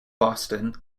boston